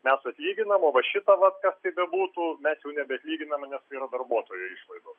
mes atlyginam o va šitą vat kas tai bebūtų mes jau nebeatlyginam nes tai yra darbuotojo išlaidos